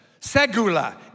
Segula